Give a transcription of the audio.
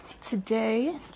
Today